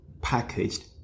packaged